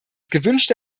gewünschte